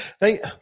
Right